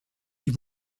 die